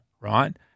right